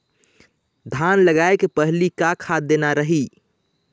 धान लगाय के पहली का खाद देना रही?